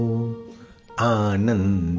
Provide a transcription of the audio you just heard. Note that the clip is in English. Anand